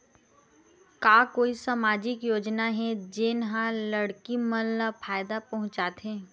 का कोई समाजिक योजना हे, जेन हा लड़की मन ला फायदा पहुंचाथे?